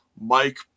Mike